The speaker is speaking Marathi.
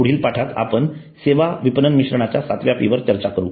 पुढील पाठात आपण सेवा विपणन मिश्रणाच्या 7 व्या पी वर चर्चा करू